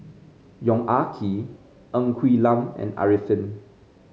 Yong Ah Kee Ng Quee Lam and Arifin